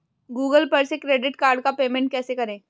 Google पर से credit card का पेमेंट कैसे करें?